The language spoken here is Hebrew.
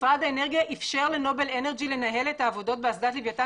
משרד האנרגיה איפשר לנובל אנרג'י לנהל את העבודות באסדת לוויתן